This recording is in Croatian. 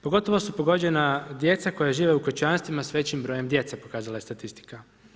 Pogotovo su pogođena djeca koja žive u kućanstvima sa većim brojem djece pokazala je statistika.